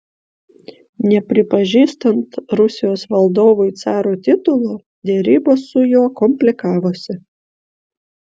nepripažįstant rusijos valdovui caro titulo derybos su juo komplikavosi